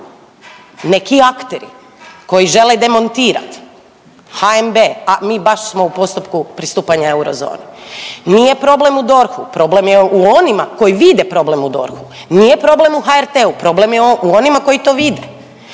Neki akteri koji žele demontirat HNB-a mi baš smo u postupku pristupanja Eurozoni, nije problem u DORH-u, problem je u onima koji vide problem u DORH-u, nije problem u HRT-u, problem je u onima koji to vide.